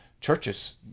churches